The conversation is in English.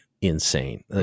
insane